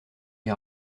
les